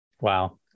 Wow